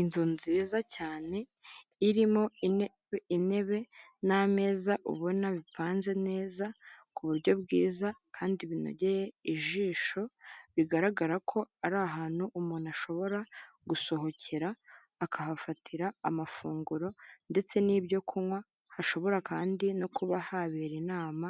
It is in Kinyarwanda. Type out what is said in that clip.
Inzu nziza cyane irimo intebe n'amezaza ubona bipanze neza ku buryo bwiza kandi binogeye ijisho bigaragara ko ari ahantu umuntu ashobora gusohokera akahafatira amafunguro ndetse n'ibyo kunywa hashobora kandi no kuba habera inama